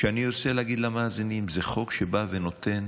שאני רוצה להגיד למאזינים, זה חוק שבא ונותן